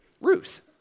Ruth